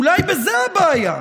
אולי בזה הבעיה.